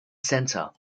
center